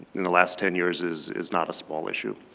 in the last ten years is is not a small issue.